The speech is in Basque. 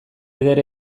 eder